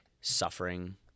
suffering